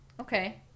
Okay